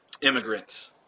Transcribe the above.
immigrants